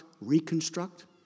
reconstruct